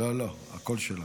לא, לא, הקול שלך.